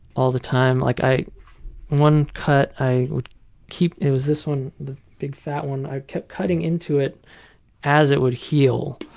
all the time. like one cut i would keep it was this one, the big fat one i kept cutting into it as it would heal.